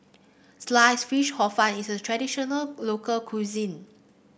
Sliced Fish Hor Fun is a traditional local cuisine